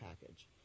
package